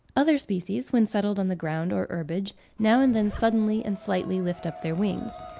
other species, when settled on the ground or herbage, now and then suddenly and slightly lift up their wings.